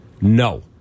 No